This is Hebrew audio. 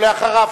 ואחריו,